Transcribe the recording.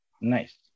Nice